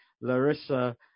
Larissa